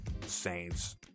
Saints